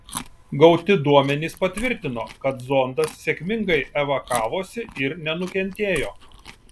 gauti duomenys patvirtino kad zondas sėkmingai evakavosi ir nenukentėjo